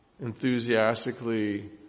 enthusiastically